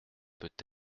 peut